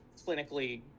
clinically